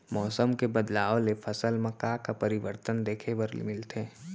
मौसम के बदलाव ले फसल मा का का परिवर्तन देखे बर मिलथे?